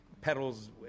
pedals